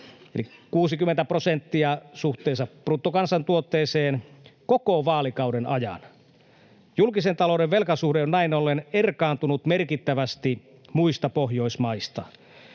eli 60 prosenttia suhteessa bruttokansantuotteeseen koko vaalikauden ajan. Julkisen talouden velkasuhde on näin ollen erkaantunut merkittävästi muista Pohjoismaista.